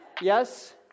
Yes